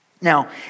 Now